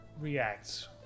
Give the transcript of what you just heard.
react